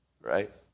right